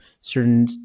certain